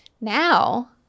now